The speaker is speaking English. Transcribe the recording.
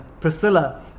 Priscilla